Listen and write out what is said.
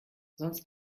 sonst